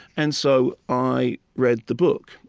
and so, i read the book.